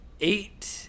eight